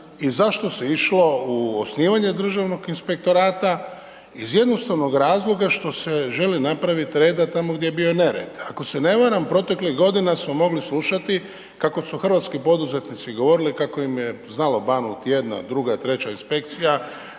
i zašto se išlo u osnivanje Državnog inspektorata, iz jednostavnog razloga što se želi napravit reda tamo gdje je bio nered. Ako se ne varam proteklih godina smo mogli slušati kako su hrvatski poduzetnici govorili kako im je znalo banut jedna, druga, treća inspekcija,